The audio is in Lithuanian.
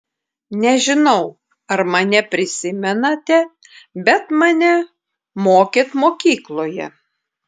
nežinau ar mane prisimenate bet mane mokėt mokykloje